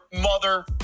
mother